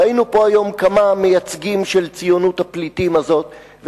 ראינו פה היום כמה מייצגים של ציונות הפליטים הזאת,